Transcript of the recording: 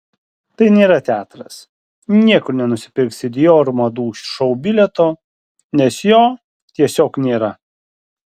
tai nėra teatras niekur nenusipirksi dior madų šou bilieto nes jo tiesiog nėra